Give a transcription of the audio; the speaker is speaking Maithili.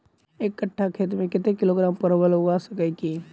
एक कट्ठा खेत मे कत्ते किलोग्राम परवल उगा सकय की??